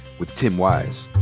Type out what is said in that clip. with tim wise.